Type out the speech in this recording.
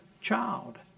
child